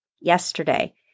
yesterday